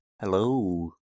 Hello